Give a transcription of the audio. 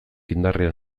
indarrean